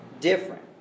different